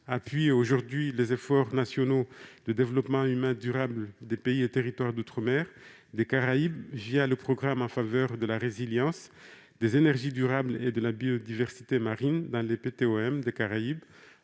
appuie les efforts nationaux de développement humain durable des pays et territoires d'outre-mer (PTOM) des Caraïbes, le Programme en faveur de la résilience, des énergies durables et de la biodiversité marine dans ces PTOM, à hauteur